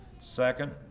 second